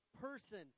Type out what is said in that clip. person